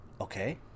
Okay